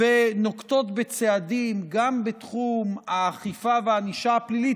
ונוקטות צעדים גם בתחום האכיפה והענישה הפלילית